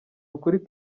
ukuri